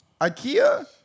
Ikea